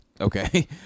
Okay